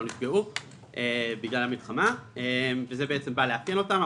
נפגעו בגלל המלחמה וזה בעצם בא לעדכן אותן.